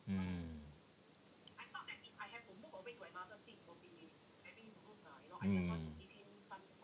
mm mm